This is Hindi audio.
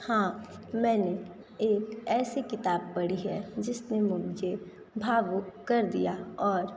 हाँ मैंने एक ऐसी किताब पढ़ी है जिसने मुझे भावुक कर दिया और